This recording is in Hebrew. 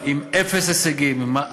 אין לה